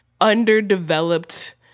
underdeveloped